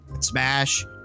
Smash